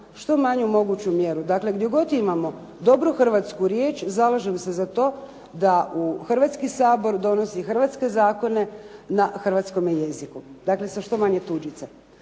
što manju moguću mjeru. Dakle, gdje god imamo dobru hrvatsku riječ, zalažem se za to da u Hrvatski sabor donosi hrvatske zakone na hrvatskome jeziku, dakle sa što manje tuđica.